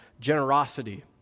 Generosity